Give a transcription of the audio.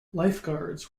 lifeguards